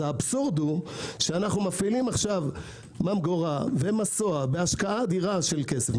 האבסורד הוא שאנחנו מפעילים עכשיו ממגורה ומסוע בהשקעה אדירה של כסף,